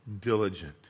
diligent